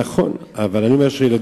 נכון, אבל אני אומר שילדים,